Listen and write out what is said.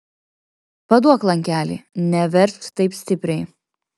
paduok lankelį neveržk taip stipriai